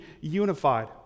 unified